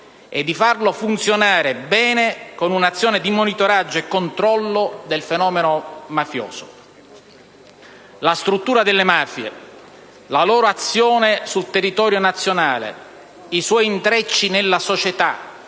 e di farlo funzionare bene con un'azione di monitoraggio e controllo del fenomeno mafioso. La struttura delle mafie, la loro azione sul territorio nazionale, i suoi intrecci nella società,